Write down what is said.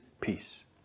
peace